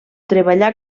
treballà